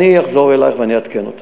אני אחזור אלייך ואני אעדכן אותך.